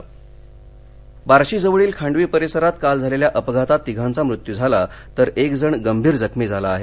सोलापर बार्शीजवळील खांडवी परिसरात काल झालेल्या अपघातात तिघांचा मृत्यू झाला तर एक जण गंभीर जखमी झाला आहे